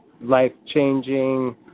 life-changing